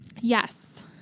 Yes